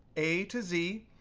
a to z,